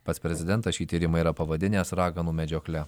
pats prezidentas šį tyrimą yra pavadinęs raganų medžiokle